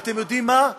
ואתם יודעים מה?